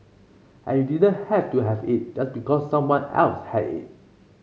and you didn't have to have it just because someone else had it